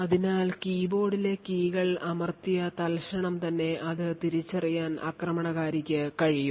അതിനാൽ കീബോർഡിലെ കീകൾ അമർത്തിയ തൽക്ഷണം തന്നെ അത് തിരിച്ചറിയാൻ ആക്രമണകാരിക്ക് കഴിയും